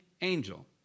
angel